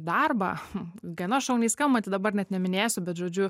darbą gana šauniai skambantį dabar net neminėsiu bet žodžiu